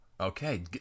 Okay